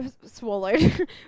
swallowed